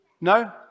no